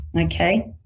Okay